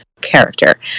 character